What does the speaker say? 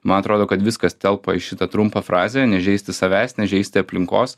man atrodo kad viskas telpa į šitą trumpą frazę nežeisti savęs nežeisti aplinkos